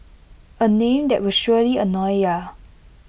A name that will surely annoy ya